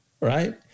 right